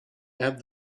add